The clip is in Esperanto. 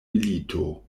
milito